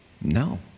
no